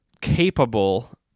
capable